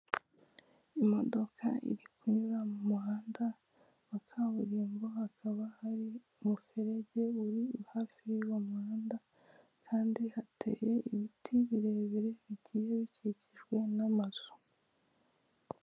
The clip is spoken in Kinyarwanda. Aha ndahabona ibintu bigiye bitandukanye aho ndimo kubona abantu bagiye batandukanye, imodoka ndetse ndikubona moto zigiye zitandukanye, kandi nkaba ndimo ndabona na rifani zigiye zitandukanye, ndetse kandi nkaba ndimo kuhabona n'umuhanda wa kaburimbo.